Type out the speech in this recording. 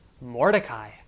Mordecai